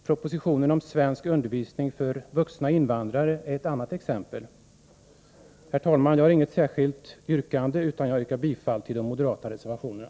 Propositionen om svenskundervisning för vuxna invandrare är ett annat exempel. Herr talman! Jag har inget särskilt yrkande, utan jag yrkar bifall till de moderata reservationerna.